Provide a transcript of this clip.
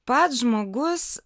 pats žmogus